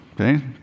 okay